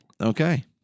Okay